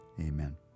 amen